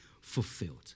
fulfilled